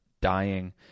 dying